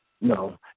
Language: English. no